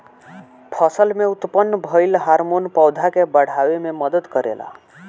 फसल में उत्पन्न भइल हार्मोन पौधा के बाढ़ावे में मदद करेला